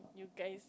you guys